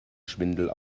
schwindel